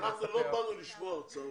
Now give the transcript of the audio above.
אנחנו לא באנו לשמוע הרצאות.